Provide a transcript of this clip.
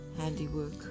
handiwork